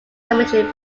cemetery